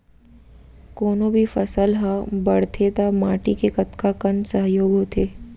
कोनो भी फसल हा बड़थे ता माटी के कतका कन सहयोग होथे?